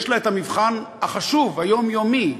יש לה המבחן החשוב, היומיומי,